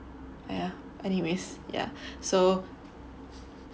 !aiya! anyways ya so